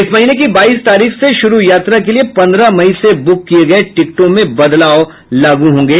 इस महीने की बाईस तारीख से शुरू यात्रा के लिये पन्द्रह मई से ब्रक किये गये टिकटों में बदलाव लागू होंगे